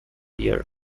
year